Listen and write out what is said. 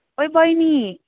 ओइ बहिनी